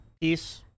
peace